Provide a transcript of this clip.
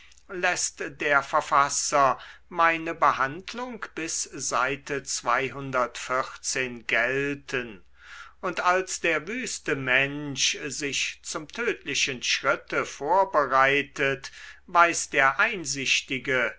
läßt der verfasser meine behandlung bis seite gelten und als der wüste mensch sich zum tödlichen schritte vorbereitet weiß der einsichtige